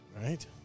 Right